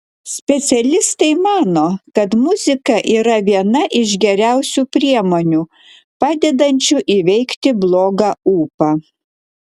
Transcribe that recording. specialistai mano kad muzika yra viena iš geriausių priemonių padedančių įveikti blogą ūpą